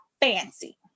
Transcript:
fancy